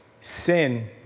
sin